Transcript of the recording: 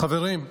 חברים,